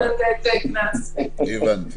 אוקיי.